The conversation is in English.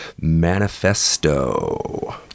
manifesto